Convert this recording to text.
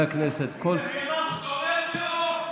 הוא תומך טרור.